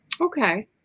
Okay